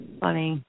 funny